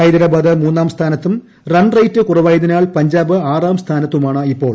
ഹൈദ്രാബാദ് മൂന്നാം സ്ഥാനത്തും റൺറേറ്റ് കുറവായതിനാൽ പഞ്ചാബ് ആറാം സ്ഥാനത്തുമാണ് ഇപ്പോൾ